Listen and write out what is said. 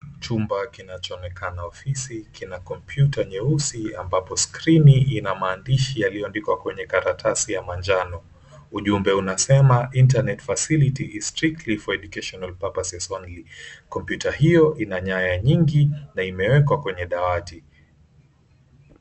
Chumba kinachoonekana ofisi kina kompyuta nyeusi ambapo skrini ina maandishi yaliyoandikwa kwenye karatasi ya manjano. Ujumbe unasema, Internet Facility is Strictly for Educational Purposes Only. Kompyuta hio ina nyaya nyingi na imewekwa kwenye dawati.